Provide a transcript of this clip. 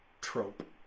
trope